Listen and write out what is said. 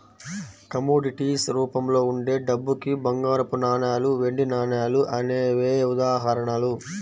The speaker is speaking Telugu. కమోడిటీస్ రూపంలో ఉండే డబ్బుకి బంగారపు నాణాలు, వెండి నాణాలు అనేవే ఉదాహరణలు